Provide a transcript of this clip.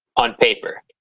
on paper.